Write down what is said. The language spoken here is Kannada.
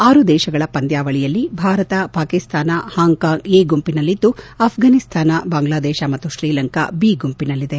ಆರು ದೇಶಗಳ ಪಂದ್ವಾವಳಿಯಲ್ಲಿ ಭಾರತ ಪಾಕಿಸ್ತಾನ ಹಾಂಕ್ಕಾಂಗ್ ಎ ಗುಂಪಿನಲ್ಲಿದ್ದು ಅಫ್ಘಾನಿಸ್ತಾನ ಬಾಂಗ್ಲಾದೇಶ ಮತ್ತು ಶ್ರೀಲಂಕಾ ಬಿ ಗುಂಪಿನಲ್ಲಿದೆ